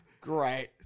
Great